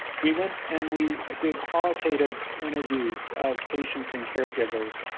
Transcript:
we went and we did qualitative interviews of patients and caregivers.